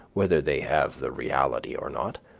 whether they have the reality or not.